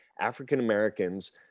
African-Americans